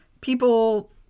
people